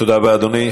תודה רבה, אדוני.